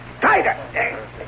tighter